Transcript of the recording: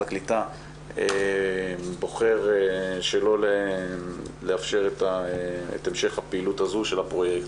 הקליטה בוחר שלא לאפשר את המשך הפעילות הזו של הפרויקט.